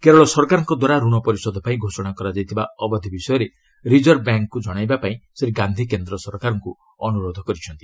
କେରଳ ସରକାରଙ୍କ ଦ୍ୱାରା ରଣ ପରିଷୋଧ ପାଇଁ ଘୋଷଣା କରାଯାଇଥିବା ଅବଧି ବିଷୟରେ ରିଜର୍ଭ ବ୍ୟାଙ୍କ୍କୁ ଜଶାଇବାକୁ ଶ୍ରୀ ଗାନ୍ଧି କେନ୍ଦ୍ର ସରକାରଙ୍କୁ ଅନୁରୋଧ କରିଛନ୍ତି